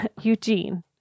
Eugene